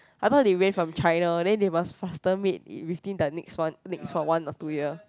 I thought they raise from China then they must faster made within the next one next one or two year